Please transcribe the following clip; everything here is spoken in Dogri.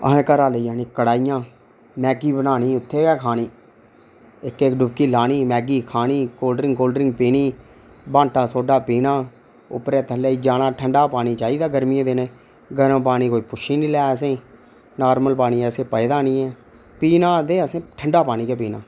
अहें घरा लेई जानियां कढ़ाइयां मैगी बनानी उत्थै शैल खानी ते डुबकी लानी मैगी खानी कोल्ड्रिंग कुल्ड्रिंग पीनी मैगी खानी बांटा सोडा पीना उद्धरा थल्लै जाना ठंड़ा पानी चाहिदा गर्मियें दिनें गर्म पानी कोई पुच्छी निं लै असेंगी नार्मल पानी असें पचदा निं पीना दे असें ठंड़ा पानी गै पीना